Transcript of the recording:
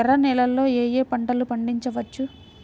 ఎర్ర నేలలలో ఏయే పంటలు పండించవచ్చు?